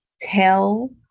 tell